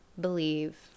believe